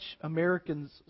Americans